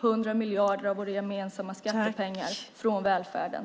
100 miljarder av våra gemensamma skattepengar från välfärden.